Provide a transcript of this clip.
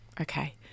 Okay